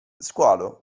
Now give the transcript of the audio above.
squalo